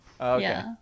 Okay